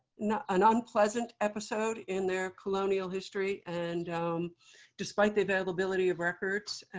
an unpleasant episode in their colonial history. and despite the availability of records,